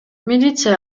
милиция